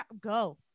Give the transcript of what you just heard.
go